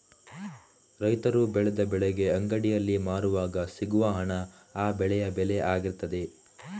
ರೈತರು ಬೆಳೆದ ಬೆಳೆಗೆ ಅಂಗಡಿಯಲ್ಲಿ ಮಾರುವಾಗ ಸಿಗುವ ಹಣ ಆ ಬೆಳೆಯ ಬೆಲೆ ಆಗಿರ್ತದೆ